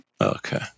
Okay